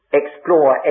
explore